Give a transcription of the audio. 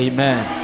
Amen